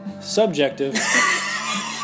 subjective